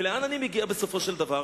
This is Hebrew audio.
ולאן אני מגיע בסופו של דבר?